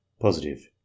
Positive